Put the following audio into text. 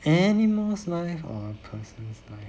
animals' life or a persons' life